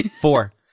four